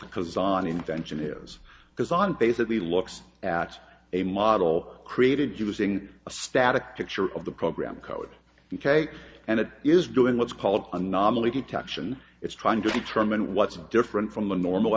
because on invention is because i'm basically looks at a model created using a static picture of the program code u k and it is doing what's called anomaly detection it's trying to determine what's different from the normal